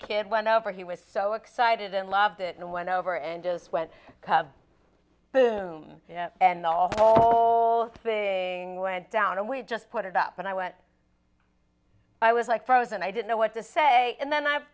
kid went over he was so excited and loved it and went over and just went boom and the whole thing went down and we just put it up and i what i was like frozen i didn't know what to say and then